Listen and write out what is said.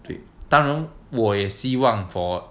对当然我也希望 for